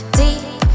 deep